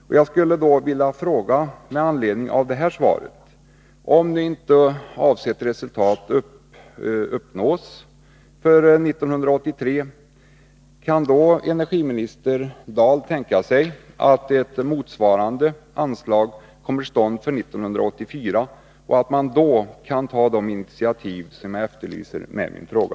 Med anledning av svaret skulle jag vilja fråga: Om nu inte avsett resultat uppnås under 1983, kan då energiminister Dahl tänka sig att ett motsvarande anslag kommer till stånd för 1984 och att man då kan ta de initiativ som jag efterlyster i min fråga?